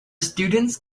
students